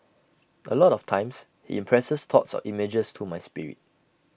A lot of times he impresses thoughts or images to my spirit